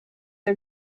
der